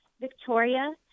victoria